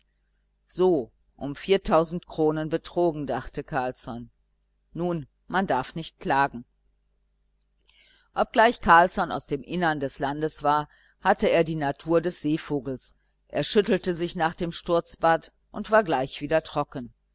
so um viertausend kronen betrogen dachte carlsson nun man darf nicht klagen obgleich carlsson aus dem innern des landes war hatte er die natur des seevogels er schüttelte sich nach dem sturzbad und war gleich wieder trocken